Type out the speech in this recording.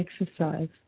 exercise